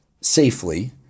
safely